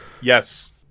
Yes